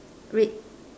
red